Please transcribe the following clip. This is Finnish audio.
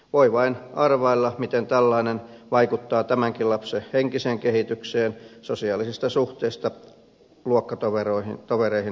voi vain arvailla miten tällainen vaikuttaa tämänkin lapsen henkiseen kehitykseen sosiaalisista suhteista luokkatovereihin puhumattakaan